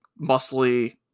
muscly